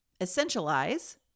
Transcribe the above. essentialize